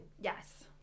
Yes